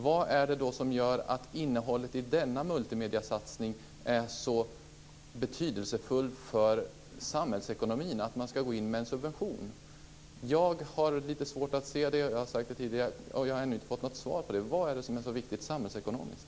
Vad är det som gör att innehållet i denna multimediesatsning är så betydelsefull för samhällsekonomin att man ska gå in med en subvention? Jag har lite svårt att se det, och jag har sagt det tidigare. Vad är det som är så viktigt samhällsekonomiskt?